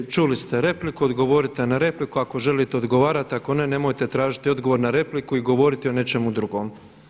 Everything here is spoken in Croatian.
Čuli ste repliku, odgovorite na repliku ako želite odgovarati, ako ne nemojte tražiti odgovor na repliku i govoriti o nečemu drugom.